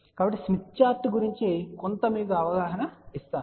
కాబట్టి Smith chart గురించి కొంత మీకు కొంత అవగాహనని ఇస్తాను